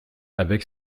avec